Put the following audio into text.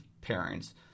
parents